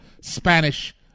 Spanish